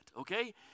okay